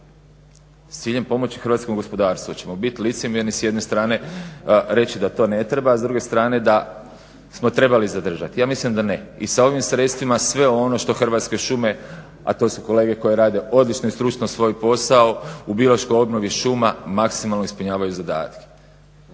s ciljem pomoći hrvatskom gospodarstvu. Hoćemo bit licemjerni s jedne strane, reći da to ne treba, a s druge strane da smo trebali zadržati. Ja mislim da ne. I sa ovim sredstvima sve ono što Hrvatske šume, a to su kolege koje rade odlično i stručno svoj posao u biološkoj obnovi šuma maksimalno ispunjavaju zadatke.